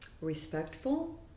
respectful